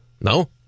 No